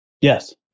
Yes